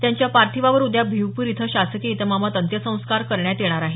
त्यांच्या पाथिवावर उद्या भिवपूर इथं शासकीय इतमामात अंत्यसंस्कार करण्यात येणार आहेत